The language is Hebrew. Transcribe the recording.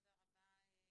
תודה רבה, אביבית.